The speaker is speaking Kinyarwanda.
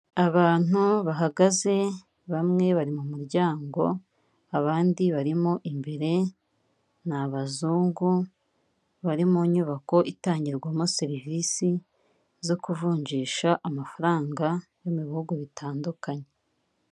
Abantu bahagaze bamwe bari mu muryango, abandi barimo imbere, ni abazungu bari mu nyubako itangirwamo serivisi zo kuvunjisha amafaranga yo mu bihugu bitandukanye.